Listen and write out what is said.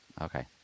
Okay